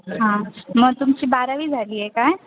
हां मग तुमची बारावी झाली आहे काय